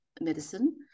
medicine